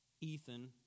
Ethan